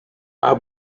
are